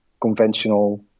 conventional